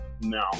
no